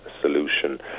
solution